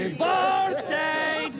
birthday